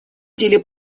деле